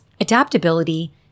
Adaptability